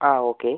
ആ ഓക്കെ